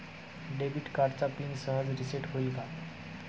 Debit कार्डचा pin सहज reset होईल का?